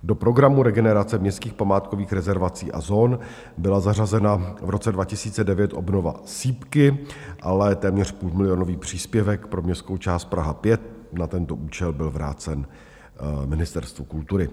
Do programu regenerace městských památkových rezervací a zón byla zařazena v roce 2009 obnova sýpky, ale téměř půlmilionový příspěvek pro městskou část Praha 5 na tento účel byl vrácen Ministerstvu kultury.